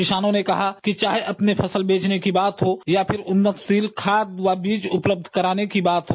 किसानों ने कहा कि चाहे अपने फसल बेचने की बात हो या फिर उन्नतशील खाद व बीज उपलब्ध कराने की बात हो